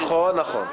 נכון, נכון.